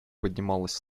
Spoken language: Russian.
поднималась